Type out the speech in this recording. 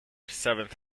seventh